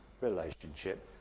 relationship